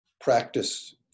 practice